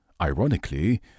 Ironically